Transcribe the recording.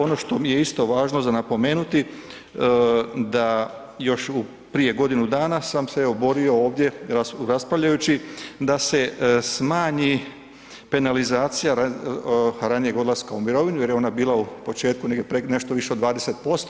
Ono što mi je isto važno za napomenuti da još prije godinu dana sam se, evo borio ovdje raspravljajući da se smanji penalizacija ranijeg odlaska u mirovinu jer je ona bila u početku negdje nešto više od 20%